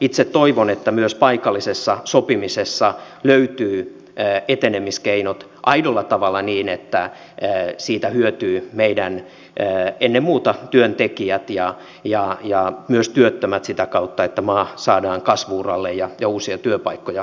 itse toivon että myös paikallisessa sopimisessa löytyy etenemiskeinot aidolla tavalla niin että siitä hyötyvät ennen muuta työntekijät ja myös työttömät sitä kautta että maa saadaan kasvu uralle ja uusia työpaikkoja syntymään